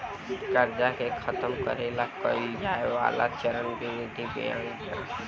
कर्जा के खतम करे ला कइल जाए वाला चरणबद्ध प्रक्रिया के रिंग डाइट कहल जाला